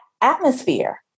atmosphere